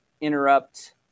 interrupt